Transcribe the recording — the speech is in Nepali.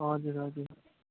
हजुर हजुर